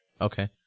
Okay